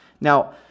Now